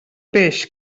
peix